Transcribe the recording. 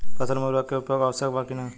फसल में उर्वरक के उपयोग आवश्यक बा कि न?